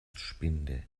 spinde